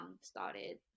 started